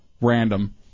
random